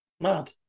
Mad